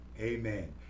Amen